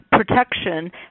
protection